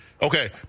Okay